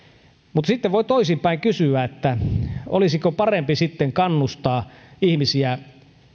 mutta sitten voi toisinpäin kysyä olisiko parempi sitten kannustaa ihmisiä